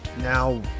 now